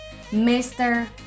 mr